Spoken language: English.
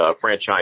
franchise